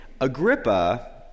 Agrippa